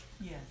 Yes